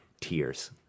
tears